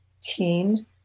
team